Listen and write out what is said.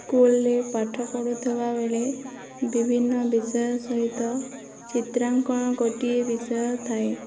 ସ୍କୁଲ୍ରେ ପାଠ ପଢ଼ୁଥିଲା ବେଳେ ବିଭିନ୍ନ ବିଷୟ ସହିତ ଚିତ୍ରାଙ୍କନ ଗୋଟିଏ ବିଷୟ ଥାଏ